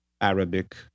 arabic